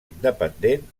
independent